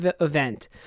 event